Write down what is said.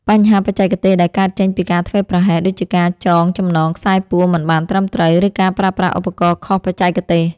បញ្ហាបច្ចេកទេសដែលកើតចេញពីការធ្វេសប្រហែស ដូចជាការចងចំណងខ្សែពួរមិនបានត្រឹមត្រូវ ឬការប្រើប្រាស់ឧបករណ៍ខុសបច្ចេកទេស។